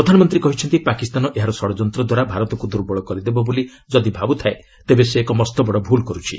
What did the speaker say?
ପ୍ରଧାନମନ୍ତ୍ରୀ କହିଛନ୍ତି ପାକିସ୍ତାନ ଏହାର ଷଡ଼ଯନ୍ତ୍ର ଦ୍ୱାରା ଭାରତକୁ ଦୁର୍ବଳ କରିଦେବ ବୋଲି ଯଦି ଭାବୁଥାଏ ତେବେ ସେ ଏକ ମସ୍ତବଡ଼ ଭୁଲ୍ କରୁଛି